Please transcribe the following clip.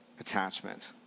attachment